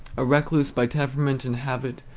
a recluse by temperament and habit,